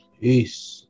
Peace